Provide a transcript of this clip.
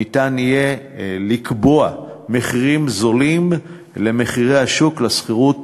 ניתן יהיה לקבוע מחירים זולים למחירי השוק לשכירות